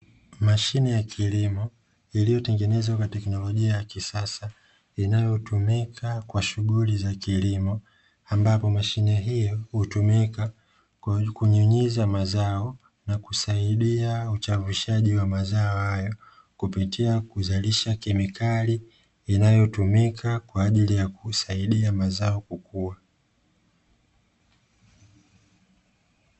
Mashine ya kilimo iliyo tengenezwa kwa teknolojia ya kisasa inayo tumika kwa shughuli za kilimo, ambapo mashine hiyo hutumika kunyunyiza mazao na kusaidia uchavushaji wa mazao hayo kupitia kuzalisha kemikali, inayotumika kwaajili ya kusaidia mazao kukua,